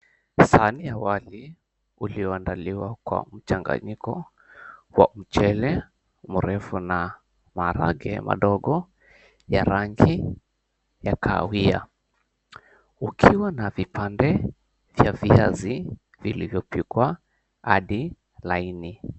Sahani ya wali ulioandaliwa kwa mchanganyiko wa mchele mrefu na maharagwe madogo na ya rangi ya kahawia ukiwa na vipande vya viazi vilivyo pikwa hadi laini.